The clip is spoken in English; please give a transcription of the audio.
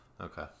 Okay